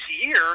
year –